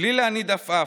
בלי להניד עפעף,